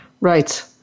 Right